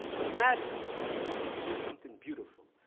but imagine if you do something beautiful.